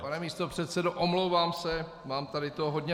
Pane místopředsedo, omlouvám se, mám tady toho hodně.